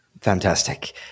Fantastic